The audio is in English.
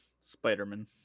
Spider-Man